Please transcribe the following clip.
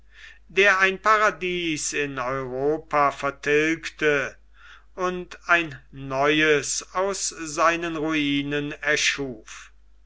der ein paradies in europa vertilgte und ein neues aus seinen ruinen erschuf